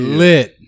lit